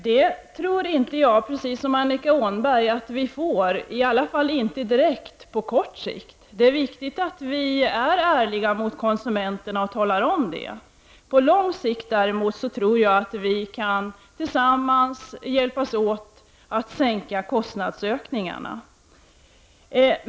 Precis som Annika Åhnberg tror inte jag att vi får det, i alla fall inte direkt på kort sikt. Det är viktigt att vara ärlig mot konsumenterna och tala om det. På lång sikt däremot tror jag att vi tillsammans kan hjälpas åt att minska kostnadsökningarna.